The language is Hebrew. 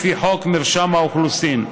לפי חוק מרשם האוכלוסין.